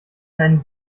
einen